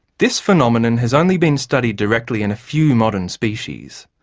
this phenomenon has only been studied directly in a few modern species.